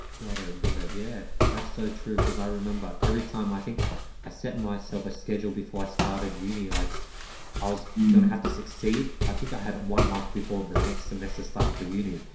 got ah it. got it. yeah, that's so true because i remember every time i think i set myself a schedule before i started uni like i was gonna have to succeed i think i had one month before the next semester started for uni,